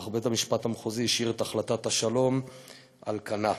אך בית-המשפט המחוזי השאיר את החלטת בית-משפט השלום על כנה.